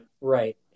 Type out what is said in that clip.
Right